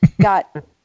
Got